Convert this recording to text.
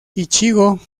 ichigo